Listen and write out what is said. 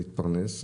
ולהתפרנס,